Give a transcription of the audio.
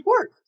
work